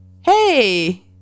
hey